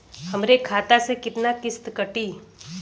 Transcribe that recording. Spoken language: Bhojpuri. हमरे खाता से कितना किस्त कटी?